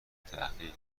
تحقیق